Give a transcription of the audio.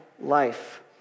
life